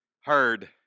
Heard